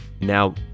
Now